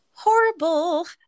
horrible